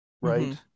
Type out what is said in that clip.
right